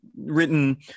written